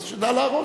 אז שתדע להרוס.